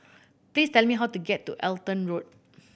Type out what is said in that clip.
please tell me how to get to Halton Road